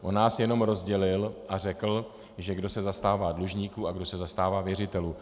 On nás jenom rozdělil a řekl, že kdo se zastává dlužníků a kdo se zastává věřitelů.